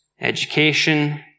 education